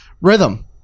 Rhythm